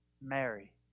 Mary